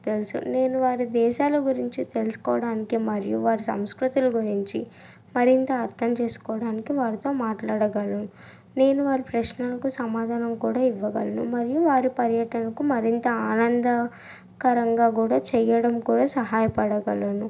తెలుసు నేను వారి దేశాల గురించి తెలుసుకోవడానికి మరియు వారి సంస్కృతులు గురించి మరింత అర్థం చేసుకోడానికి వాళ్ళతో మాట్లాడగలను నేను వారి ప్రశ్నలకు సమాధానం కూడా ఇవ్వగలను మరియు వారి పర్యటనకు మరింత ఆనందకరంగా కూడా చేయడం కూడా సహాయపడగలను